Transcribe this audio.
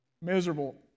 miserable